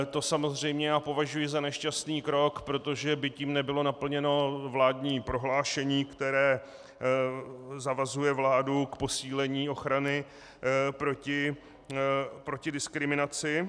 To samozřejmě považuji za nešťastný krok, protože by tím nebylo naplněno vládní prohlášení, které zavazuje vládu k posílení ochrany proti diskriminaci.